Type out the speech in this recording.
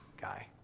guy